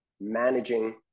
managing